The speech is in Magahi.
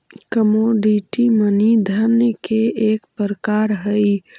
कमोडिटी मनी धन के एक प्रकार हई